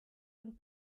von